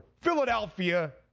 Philadelphia